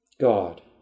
God